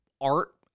art